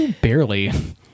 Barely